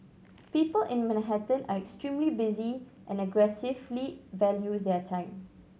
people in Manhattan are extremely busy and aggressively value their time